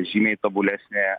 žymiai tobulesnė